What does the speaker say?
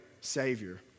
Savior